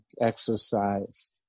exercise